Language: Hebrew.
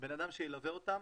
אדם שילווה אותם,